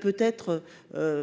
peut être